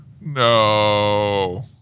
No